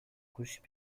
couches